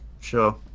Sure